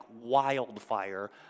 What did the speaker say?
wildfire